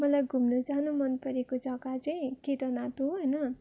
मलाई घुम्नु जानु मनपरेको जग्गा चाहिँ केदारनाथ हो होइन